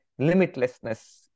limitlessness